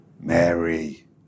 Mary